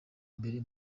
mbere